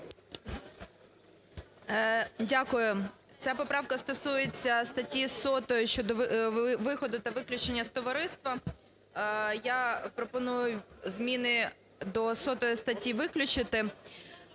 Дякую. Ця поправка стосується статті 100 щодо виходу та виключення з товариства. Я пропоную зміни до 100 статті виключити.